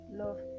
love